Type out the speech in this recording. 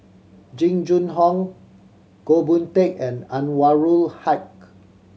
Jing Jun Hong Goh Boon Teck and Anwarul Haque